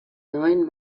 neuen